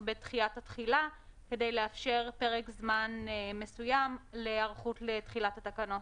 בדחיית התחילה כדי לאפשר פרק זמן מסוים להיערכות לתחילת התקנות?